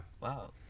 Wow